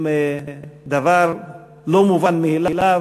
הם דבר לא מובן מאליו,